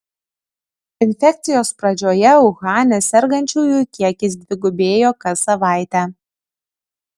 infekcijos pradžioje uhane sergančiųjų kiekis dvigubėjo kas savaitę